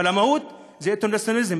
אבל המהות זה אינטרנציונליזם.